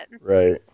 Right